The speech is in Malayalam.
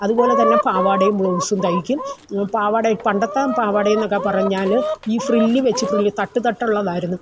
അതുപോലെത്തന്നെ പാവാടയും ബ്ലൗസും തയ്ക്കും പാവാട പണ്ടത്തെ പാവാടയെന്നൊക്കെ പറഞ്ഞാൽ ഈ ഫ്രില്ല് വെച്ച് ഫ്രില്ല് തട്ട് തട്ടുള്ളതായിരുന്നു